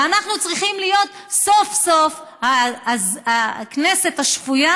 ואנחנו צריכים להיות סוף-סוף הכנסת השפויה,